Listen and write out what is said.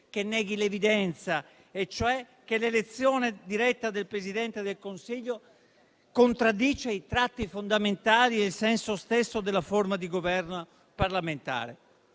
che neghi l'evidenza e cioè che l'elezione diretta del Presidente del Consiglio contraddice i tratti fondamentali e il senso stesso della forma di governo parlamentare.